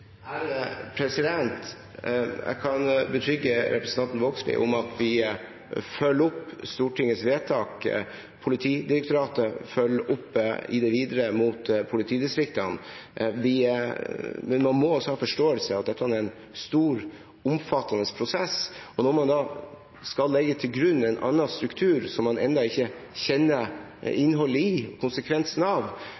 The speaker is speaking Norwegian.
Jeg kan betrygge representanten Vågslid med at vi følger opp Stortingets vedtak. Politidirektoratet følger opp i det videre mot politidistriktene, men man må ha forståelse for at dette er en stor og omfattende prosess. Når man skal legge til grunn en annen struktur, som man ennå ikke kjenner innholdet i